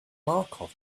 markov